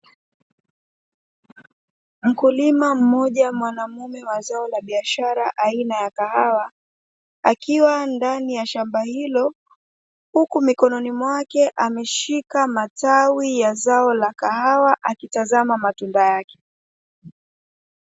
Mkulima mmoja mwanamume wa zao la biashara aina ya kahawa, akiwa ndani ya shamba hilo huku mikononi mwake ameshika matawi ya zao la kahawa akitazama matunda yake.